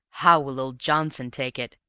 how will old johnson take it?